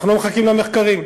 אנחנו לא מחכים למחקרים.